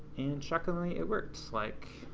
and shockingly, it worked. like,